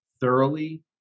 thoroughly